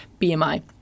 BMI